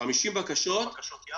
50 בקשות.